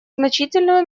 значительную